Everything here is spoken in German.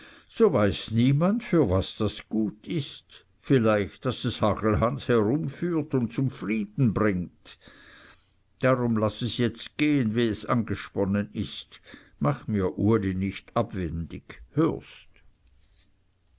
so weiß niemand für was das gut ist vielleicht daß es hagelhans herumführt und zum frieden bringt darum laß es jetzt gehen wie es angesponnen ist mach mir uli nicht etwa abwendig hörst